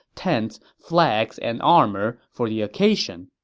tents, flags, and armor for the occasion.